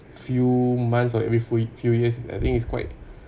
few months or every few years I think is quite